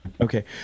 Okay